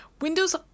windows